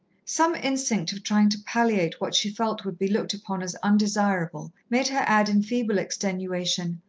some instinct of trying to palliate what she felt would be looked upon as undesirable made her add in feeble extenuation,